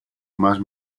más